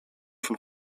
von